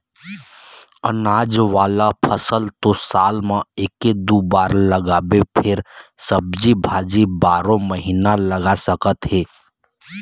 अनाज वाला फसल तो साल म एके दू बार लगाबे फेर सब्जी भाजी बारो महिना लगा सकत हे